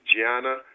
Gianna